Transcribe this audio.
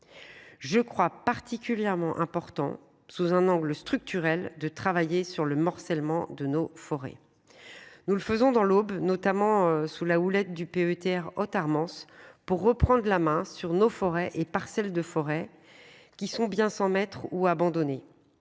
Je crois particulièrement important sous un angle. De travailler sur le morcellement de nos forêts. Nous le faisons dans l'Aube, notamment sous la houlette du PETN Otar Armand s'pour reprendre la main sur nos forêts et parcelle de forêt, qui sont bien sans maître ou abandonnés.